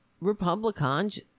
Republicans